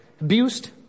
abused